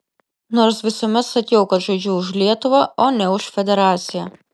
nors visuomet sakiau kad žaidžiu už lietuvą o ne už federaciją